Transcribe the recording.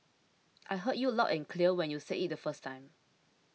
I heard you loud and clear when you said it the first time